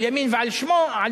על ימין ועל שמאל,